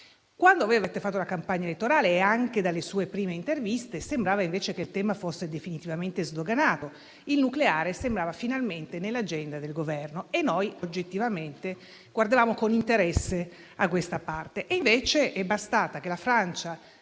quando avete fatto la campagna elettorale e anche dalle sue prime interviste, sembrava che il tema fosse definitivamente sdoganato: il nucleare sembrava finalmente nell'agenda del Governo. E noi, oggettivamente, guardavamo con interesse a questa parte.